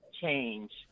change